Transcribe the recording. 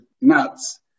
nuts